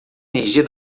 energia